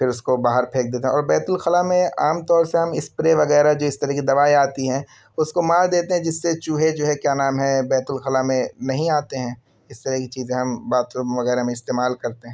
پھر اس کو باہر پھینک دیتے ہیں اور بیت الخلا میں عام طور سے ہم اسپرے وغیرہ جو اس طرح کی دوائیں آتی ہیں اس کو مار دیتے ہیں جس سے چوہے جو ہے کیا نام ہے بیت الخلا میں نہیں آتے ہیں اس طرح کی چیزیں ہم باتھ روم وغیرہ میں استعمال کرتے ہیں